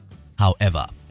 however,